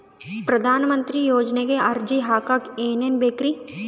ಪ್ರಧಾನಮಂತ್ರಿ ಯೋಜನೆಗೆ ಅರ್ಜಿ ಹಾಕಕ್ ಏನೇನ್ ಬೇಕ್ರಿ?